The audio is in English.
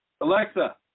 Alexa